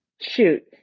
Shoot